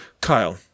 Kyle